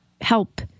help